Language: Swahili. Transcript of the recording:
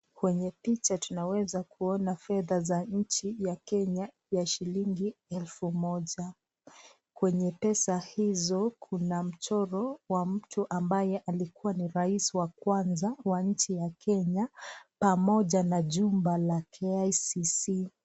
Kwenye picha tunaweza kuona fedha za nchi ya Kenya, ya shilingi elfu moja. kwenye pesa hizo kuna mchoro wa mtu ambaye alikuwa ni rais wa kwanza wa nchi ya Kenya. pamoja na jumba la KICC.